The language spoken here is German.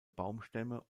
baumstämme